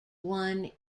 won